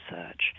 research